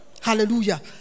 Hallelujah